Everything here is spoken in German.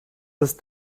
ist